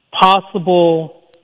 possible